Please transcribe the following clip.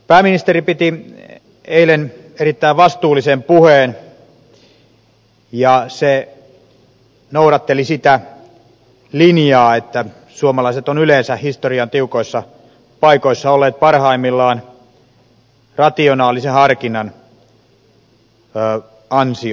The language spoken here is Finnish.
pääministeri piti eilen erittäin vastuullisen puheen ja se noudatteli sitä linjaa että suomalaiset ovat yleensä historian tiukoissa paikoissa olleet parhaimmillaan rationaalisen harkinnan ansiosta